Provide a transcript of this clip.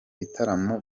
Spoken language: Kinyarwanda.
bitaramo